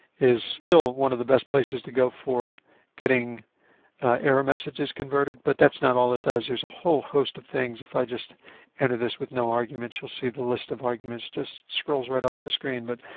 is still one of the best places to go for getting error messages converted. but that's not all it does. there's a whole host of things. if i just enter this with no arguments, you will see the list of arguments just scrolls right off the screen. but,